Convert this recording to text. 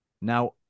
Now